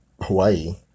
Hawaii